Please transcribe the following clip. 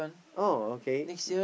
oh okay